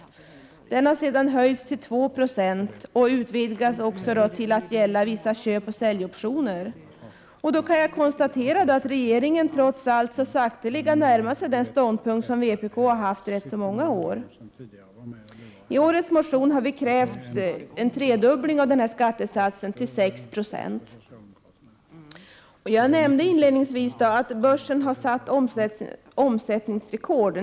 Sedan har den höjts till 2 70, samtidigt som den utvidgades till att också gälla vissa köpoch säljoptioner. Jag kan konstatera att regeringen trots allt så sakteliga närmar sig den ståndpunkt som vpk har haft i rätt många år nu. I årets motion har vi krävt ytterligare en tredubbling av skattesatsen, till 6 90. Jag nämnde i inledningen att börsen på nytt har slagit sitt omsättningsrekord.